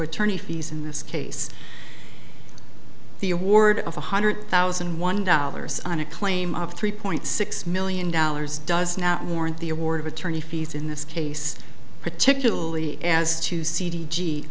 attorney fees in this case the award of one hundred thousand one dollars on a claim of three point six million dollars does not warrant the award of attorney fees in this case particularly as two c d g